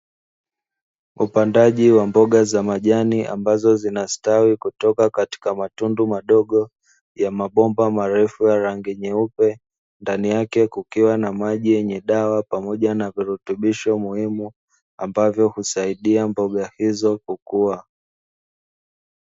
Upandaji wa mboga za majani ambazo zinastawi kutoka katika matundu madogo ya mabomba marefu ya rangi nyeupe, ndani yake kukiwa na maji yenye dawa pamoja na virutubisho muhimu, ambavyo husaidia mboga hizo kukua.